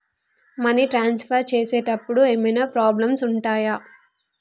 Money transfer చేసేటప్పుడు ఏమైనా problems ఉంటయా?